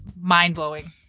mind-blowing